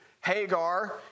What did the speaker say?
Hagar